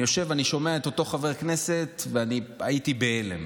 אני יושב ושומע את אותו חבר כנסת, והייתי בהלם